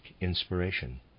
inspiration